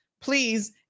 please